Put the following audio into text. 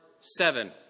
seven